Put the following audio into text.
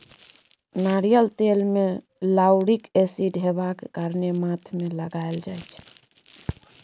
नारियल तेल मे लाउरिक एसिड हेबाक कारणेँ माथ मे लगाएल जाइ छै